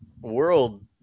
world